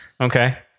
Okay